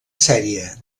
sèrie